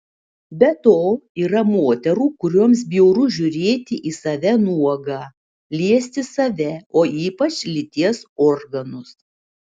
be to yra moterų kurioms bjauru žiūrėti į save nuogą liesti save o ypač lyties organus